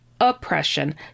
oppression